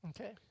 Okay